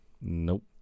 Nope